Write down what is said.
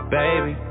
baby